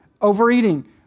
overeating